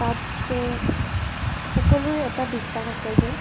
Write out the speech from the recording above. তাত সকলোৰে এটা বিশ্বাস আছে যে